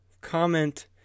comment